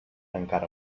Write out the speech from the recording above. encara